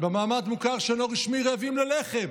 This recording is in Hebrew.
במעמד מוכר שאינו רשמי, רעבים ללחם,